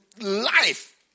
life